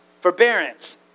forbearance